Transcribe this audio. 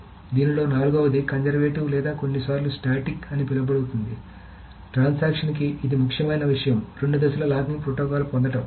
కాబట్టి దీనిలో నాల్గవది కన్జర్వేటివ్ లేదా కొన్నిసార్లు స్టాటిక్ అని పిలువబడుతుంది ట్రాన్సాక్షన్ కి ఇది ముఖ్యమైన విషయం రెండు దశల లాకింగ్ ప్రోటోకాల్ పొందడం